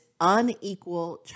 unequal